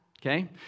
Okay